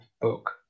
book